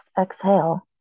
exhale